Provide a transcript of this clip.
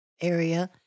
area